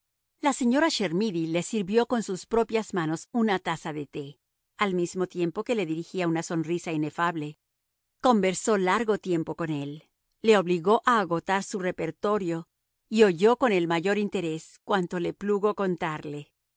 la señora chermidy le sirvió con sus propias manos una taza de te al mismo tiempo que le dirigía una sonrisa inefable conversó largo tiempo con él le obligó a agotar su repertorio y oyó con el mayor interés cuanto le plugo contarle